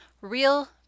real